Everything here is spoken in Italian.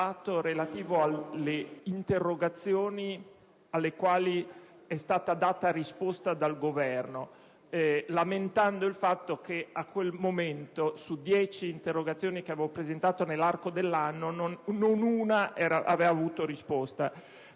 relativo alle interrogazioni alle quali è stata data risposta dal Governo, lamentando il fatto che a quel momento, su dieci interrogazioni presentate nell'arco dell'anno, non una aveva avuto risposta.